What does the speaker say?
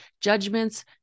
judgments